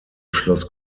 schloss